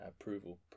approval